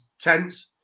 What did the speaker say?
Tense